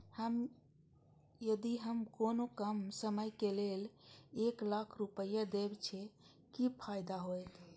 यदि हम कोनो कम समय के लेल एक लाख रुपए देब छै कि फायदा होयत?